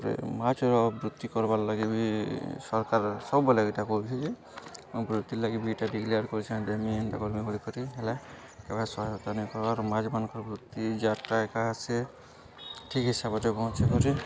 ତା'ପରେ ମାଛ୍ର ବୃତ୍ତି କର୍ବାର୍ ଲାଗି ବି ସରକାର୍ ସବୁବେଲେ ଇ'ଟା କରୁଛେ ଯେ ବୃତ୍ତି ଲାଗି ବି ଇ'ଟା ଡ଼ିକ୍ଲିୟାର୍ କରିଛେ କରି ହେଲା କେବେ ସହାୟତା ନି କର୍ବାର୍ ମାଛ୍ମାନଙ୍କର୍ ବୃତ୍ତି ଯାହାର୍ଟା ଏକା ଆସେ ଠିକ୍ ହିସାବରେ ପହଁଞ୍ଚିକରି